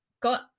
got